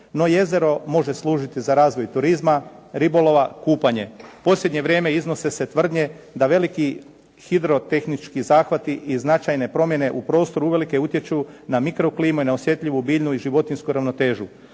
No, jezero može služiti za razvoj turizma, ribolova, kupanje. U posljednje vrijeme iznose se tvrdnje da veliki hidrotehnički zahvati i značajne promjene u prostoru uvelike utječu na mikroklimu i na osjetljivu biljnu i životinjsku ravnotežu.